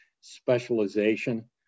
specialization